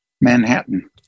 Manhattan